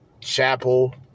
Chapel